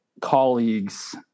colleagues